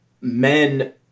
men